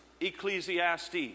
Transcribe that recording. ecclesiastes